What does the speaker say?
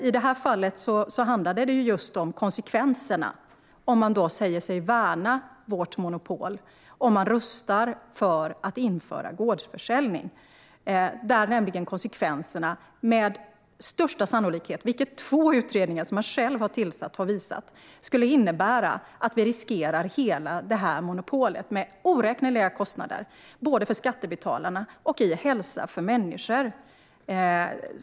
I det här fallet handlade det om konsekvenserna - om man säger sig värna monopolet - om man röstar för att införa gårdsförsäljning. Två utredningar har visat att vi riskerar hela monopolet med oräkneliga kostnader för skattebetalarna och i hälsa för människor.